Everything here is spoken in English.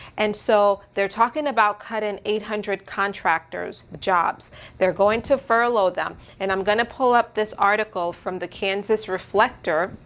and so they're talking about cutting eight hundred contractors, the jobs they're going to furlough them, and i'm going to pull up this article from the kansas reflector.